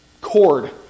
cord